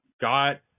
got